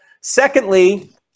Secondly